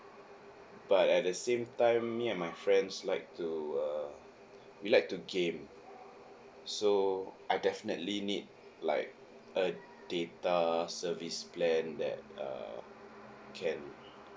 but at the same time me and my friends like err we like to game so I definitely need like a data service plan that err can